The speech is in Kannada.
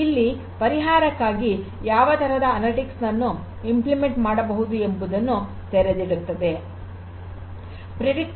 ಇಲ್ಲಿ ಪರಿಹಾರಕ್ಕಾಗಿ ಯಾವ ತರಹದ ಅನಲಿಟಿಕ್ಸ್ ನನ್ನು ಅನುಷ್ಠಾನ ಮಾಡಬಹುದು ಎಂಬುದನ್ನು ತೆರೆದಿಡುತ್ತದೆ